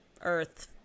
earth